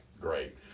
great